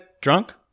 drunk